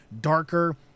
darker